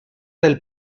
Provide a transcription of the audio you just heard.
del